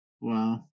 Wow